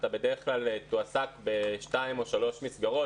אתה בדרך כלל תועסק בשתיים או שלוש מסגרות,